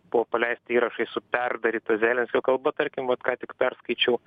buvo paleisti įrašai su perdaryta zelenskio kalba tarkim vat ką tik perskaičiau